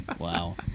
Wow